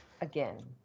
Again